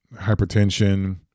hypertension